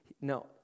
No